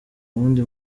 wundi